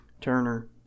Turner